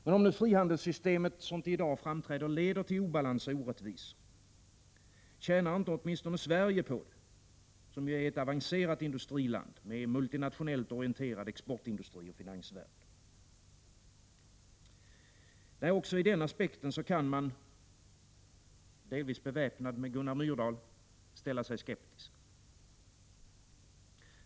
Men om nu frihandelssystemet som det i dag framträder leder till obalans och orättvisor, tjänar inte åtminstone Sverige på det, som ju är ett avancerat industriland med multinationellt orienterad exportindustri och finansvärld? Nej, också i den aspekten kan man — delvis beväpnad med Gunnar Myrdal — ställa sig skeptisk.